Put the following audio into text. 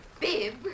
Bib